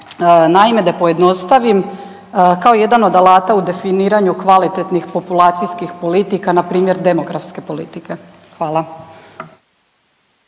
Naime, da pojednostavim, kao jedan od alata u definiranju kvalitetnih populacijskih politika npr. demografske politike. Hvala.